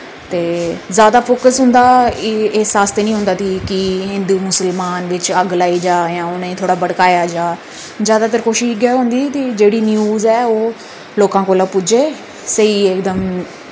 ते जैदा फोकस उंदा इस आस्तै नि होंदा की हिन्दू मुस्लमान बिच अग्ग लाई जा जां उनें ई थोह्ड़ा भड़काया जा जैदातर कोशिश इ'यै होंदी कि जेह्ड़ी न्यूस ऐ ओह् लोकां कोल पुज्जे स्हेई इकदम